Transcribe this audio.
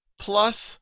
plus